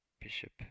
Bishop